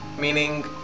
meaning